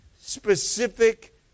specific